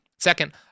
Second